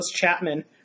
Chapman